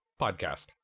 podcast